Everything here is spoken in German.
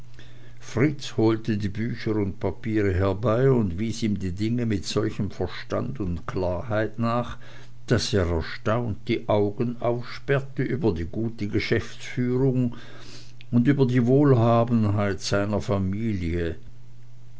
fritz holte die bücher und papiere herbei und wies ihm die dinge mit solchem verstand und klarheit nach daß er erstaunt die augen aufsperrte über die gute geschäftsführung und über die wohlhabenheit seiner familie